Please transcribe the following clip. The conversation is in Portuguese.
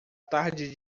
tarde